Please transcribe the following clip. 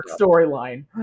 storyline